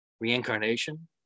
Reincarnation